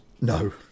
No